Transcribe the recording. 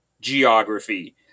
geography